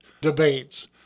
debates